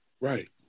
Right